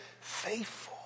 faithful